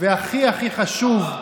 והכי הכי חשוב,